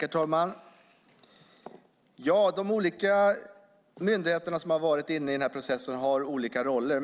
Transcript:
Herr talman! Ja, de olika myndigheter som har varit inne i den här processen har olika roller.